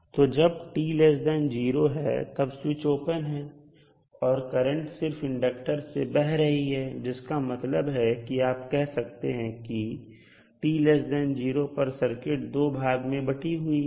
तो जब t0 है तब स्विच ओपन है और करंट सिर्फ इंडक्टर से बह रही है जिसका मतलब है कि आप कह सकते हैं कि t0 पर सर्किट दो भाग में बटी हुई है